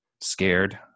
scared